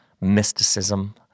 mysticism